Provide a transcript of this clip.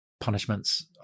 punishments